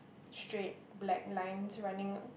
straight black lines running